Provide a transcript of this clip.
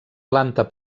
planta